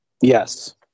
Yes